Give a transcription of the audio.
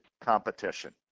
competition